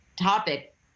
topic